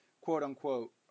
quote-unquote